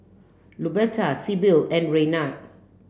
Luberta Sibyl and Raynard